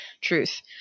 truth